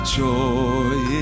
joy